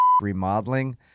Remodeling